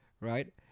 right